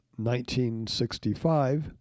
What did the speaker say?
1965